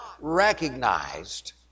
recognized